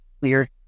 Weird